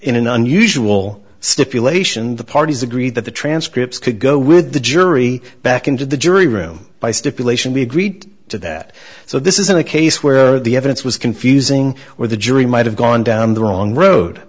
in an unusual stipulation the parties agreed that the transcripts could go with the jury back into the jury room by stipulation we agreed to that so this isn't a case where the evidence was confusing or the jury might have gone down the wrong